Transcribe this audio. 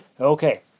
Okay